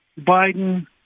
Biden